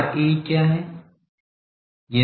Ra क्या है